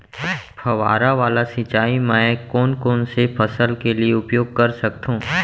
फवारा वाला सिंचाई मैं कोन कोन से फसल के लिए उपयोग कर सकथो?